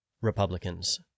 Republicans